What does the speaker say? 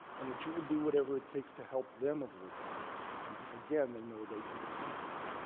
and that you will do whatever it takes to help them avoid that and, again they know they can depend on you.